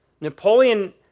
Napoleon